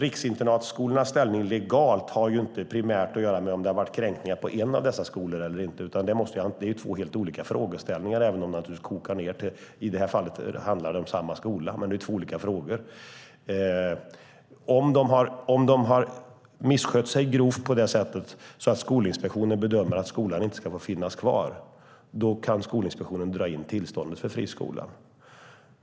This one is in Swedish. Riksinternatskolornas ställning, legalt, har ju inte primärt att göra med om det har varit kränkningar på en av dessa skolor eller inte. Det är två helt olika frågeställningar. I det här fallet handlar det om samma skola, men det är två olika frågor. Om man har misskött sig så grovt att Skolinspektionen bedömer att skolan inte ska få finnas kvar kan Skolinspektionen dra in tillståndet för friskolan.